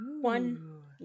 One